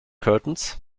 curtains